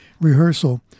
rehearsal